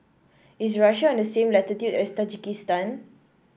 is Russia on the same Latitude as Tajikistan